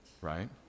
Right